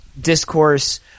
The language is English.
discourse